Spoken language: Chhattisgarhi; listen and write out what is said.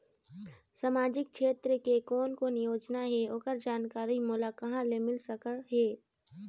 सामाजिक क्षेत्र के कोन कोन योजना हे ओकर जानकारी मोला कहा ले मिल सका थे?